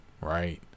right